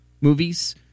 movies